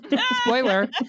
spoiler